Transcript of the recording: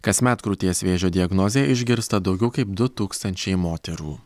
kasmet krūties vėžio diagnozę išgirsta daugiau kaip du tūkstančiai moterų